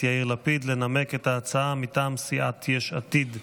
יאיר לפיד לנמק את ההצעה מטעם סיעת יש עתיד.